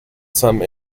some